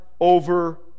over